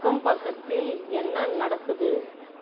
அக்கம் பக்கத்தில் என்ன நடக்குது